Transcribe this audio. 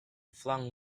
flung